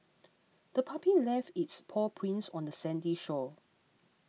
the puppy left its paw prints on the sandy shore